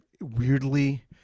weirdly